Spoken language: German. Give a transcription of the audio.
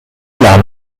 wlan